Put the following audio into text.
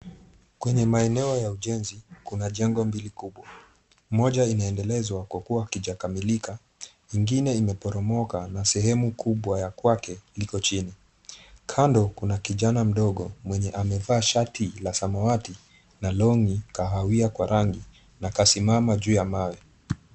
Kwenye maeneo ya ujenzi, kuna jengo mbili kubwa, moja inaendelezwa ijapokuwa haijakamilika, ingine imeporomoka na sehemu kubwa ya kwake iko chini, kando kuna kijana mdogo mwenye amevaa shati la samawati na long'i kahawia kwa rangi na akasimama juu ya mawe.